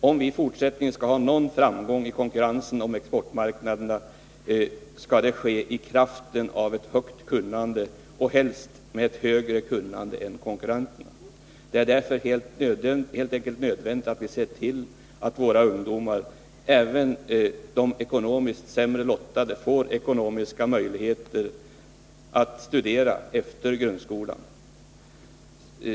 Om vi skall ha någon framgång i konkurrensen om exportmarknaderna måste det ske i kraft av ett högt kunnande, och helst ett högre kunnande än konkurrenternas. Det är därför helt enkelt nödvändigt att vi ser till att våra ungdomar — även de ekonomiskt sämre lottade — får ekonomiska möjligheter 41 att studera efter grundskolan.